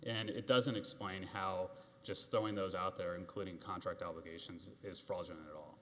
and it doesn't explain how just throwing those out there including contract obligations is frozen a